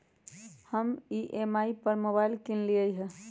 हम ई.एम.आई पर मोबाइल किनलियइ ह